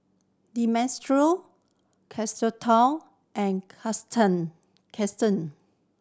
Demetrio Carlota and Kirsten